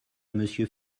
monsieur